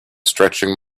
stretching